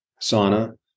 sauna